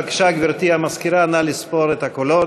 בבקשה, גברתי המזכירה, נא לספור את הקולות.